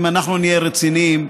אם נהיה רציניים,